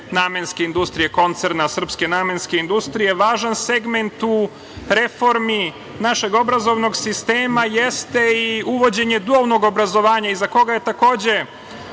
namenske industrije, koncerna srpske namenske industrije. Važan segment u reformi našeg obrazovnog sistema jeste i uvođenje dualnog obrazovanja, iza koga je takođe